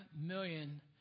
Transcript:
million